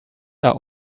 are